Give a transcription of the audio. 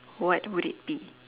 what would it be